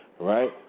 Right